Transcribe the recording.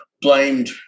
blamed